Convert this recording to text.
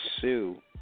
sue